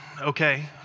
okay